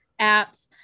apps